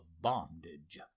bondage